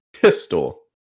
pistol